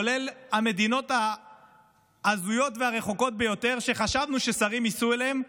כולל המדינות ההזויות והרחוקות ביותר שחשבנו ששרים ייסעו אליהן,